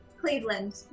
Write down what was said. Cleveland